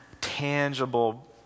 tangible